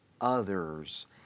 others